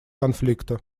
конфликта